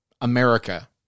America